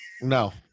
No